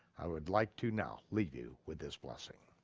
i would like to now leave you with this blessing.